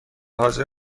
حاضر